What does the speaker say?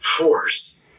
force